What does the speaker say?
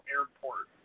Airport